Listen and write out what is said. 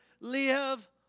live